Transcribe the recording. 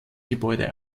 gebäude